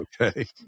okay